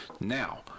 Now